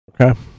Okay